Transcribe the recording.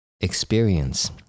experience